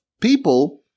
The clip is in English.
people